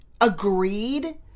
agreed